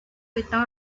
rito